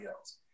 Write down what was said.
else